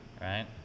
Right